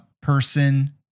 person